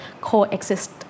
coexist